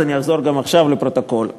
אני אחזור גם עכשיו לפרוטוקול,